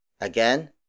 Again